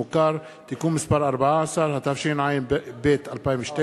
אנחנו נעבור להצעת חוק הבאה: הצעת חוק הפעלת רכב (מנועים ודלק)